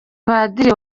padiri